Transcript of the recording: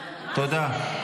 תודה.